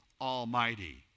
Almighty